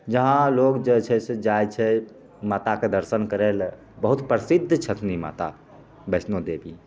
जहाँ लोग जे छै से जाइ छै माताके दर्शन करै लए बहुत प्रसिद्द छथिन ई माता वेष्णोदेबी